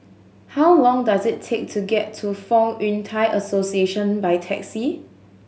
how long does it take to get to Fong Yun Thai Association by taxi